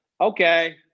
Okay